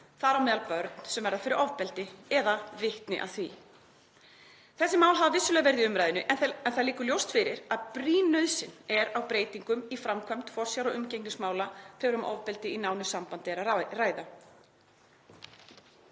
þar á meðal börn sem verða fyrir ofbeldi eða verða vitni að því. Þessi mál hafa vissulega verið í umræðunni en það liggur ljóst fyrir að brýn nauðsyn er á breytingum í framkvæmd forsjár- og umgengnismála þegar um ofbeldi í nánu sambandi er að ræða.